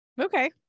Okay